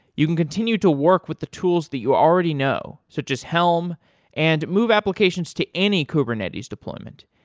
you can continue to work with the tools that you already know, such as helm and move applications to any kubernetes deployment.